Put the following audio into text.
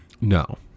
no